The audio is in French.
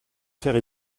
faire